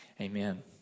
Amen